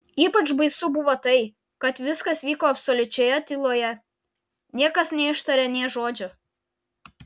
ypač baisu buvo tai kad viskas vyko absoliučioje tyloje niekas neištarė nė žodžio